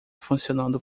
funcionando